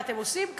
מה אתם עושים כאן?